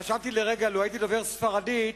חשבתי לרגע, לו הייתי דובר ספרדית,